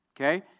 Okay